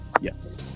Yes